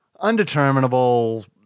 undeterminable